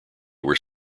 were